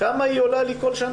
כמה היא עולה לי כל שנה?